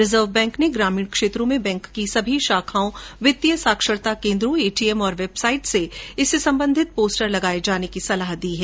reserve Bank ने ग्रामीण क्षेत्र में बैंक की सभी शाखाओं वित्तीय साक्षरता केन्द्रों एटीएम और वेबसाइट में इससे संबंधित पोस्टर लगाए जाने की सलाह दी है